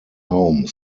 home